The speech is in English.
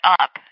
up